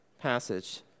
passage